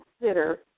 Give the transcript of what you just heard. consider